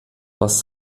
was